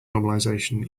normalization